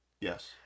Yes